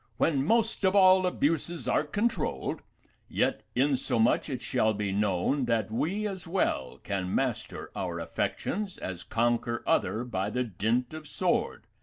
when most of all abuses are controlled yet, insomuch it shall be known that we as well can master our affections as conquer other by the dint of sword,